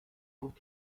auch